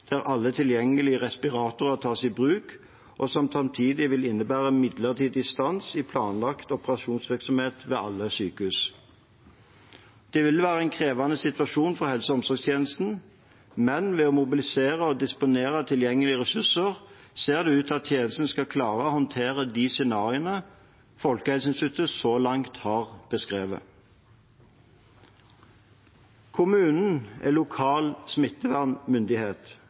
alle tilgjengelige respiratorer tas i bruk, noe som samtidig vil innebære en midlertidig stans i planlagt operasjonsvirksomhet ved alle sykehus. Det vil være en krevende situasjon for helse- og omsorgstjenesten, men ved å mobilisere og disponere tilgjengelige ressurser ser det ut til at tjenestene skal klare å håndtere de scenarioene Folkehelseinstituttet så langt har beskrevet. Kommunen er lokal smittevernmyndighet.